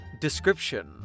Description